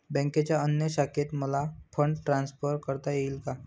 बँकेच्या अन्य शाखेत मला फंड ट्रान्सफर करता येईल का?